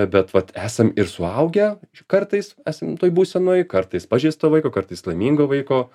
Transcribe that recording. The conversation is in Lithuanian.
bet vat esam ir suaugę kartais esam toj būsenoj kartais pažeisto vaiko kartais laimingo vaiko